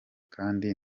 kandi